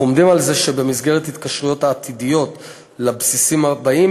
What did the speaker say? אנחנו עומדים על זה שבמסגרת ההתקשרויות העתידיות לבסיסים הבאים